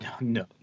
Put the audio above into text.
No